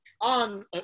on –